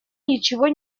ничего